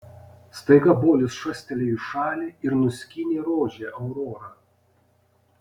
staiga bolius šastelėjo į šalį ir nuskynė rožę aurora